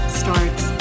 starts